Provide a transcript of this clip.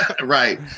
Right